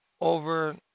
over